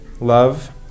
Love